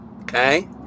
Okay